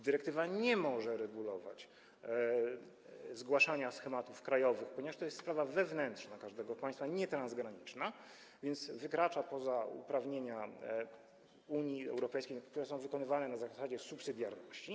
Dyrektywa nie może regulować zgłaszania schematów krajowych, ponieważ to jest wewnętrzna sprawa każdego państwa, a nie transgraniczna, więc to wykracza poza uprawnienia Unii Europejskiej, które są wykonywane na zasadzie subsydiarności.